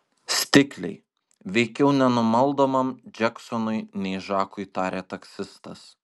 stikliai veikiau nenumaldomam džeksonui nei žakui tarė taksistas